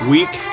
Week